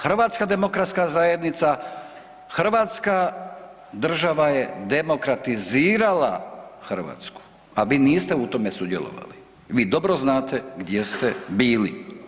HDZ, hrvatska država je demokratizirala Hrvatsku, a vi niste u tome sudjelovali i vi dobro znate gdje ste bili.